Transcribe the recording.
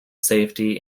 safety